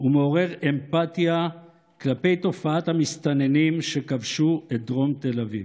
ומעורר אמפתיה כלפי תופעת המסתננים שכבשו את דרום תל אביב.